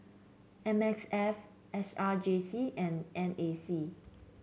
M S F S R J C and N A C